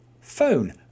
phone